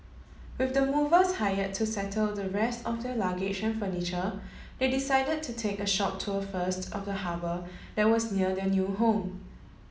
with the movers hired to settle the rest of their luggage and furniture they decided to take a short tour first of the harbour that was near their new home